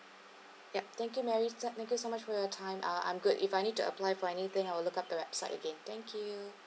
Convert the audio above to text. yup thank you mary thank you so much for your time uh I'm good if I need to apply for anything I will look up the website again thank you